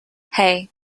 hey